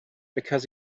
because